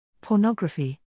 Pornography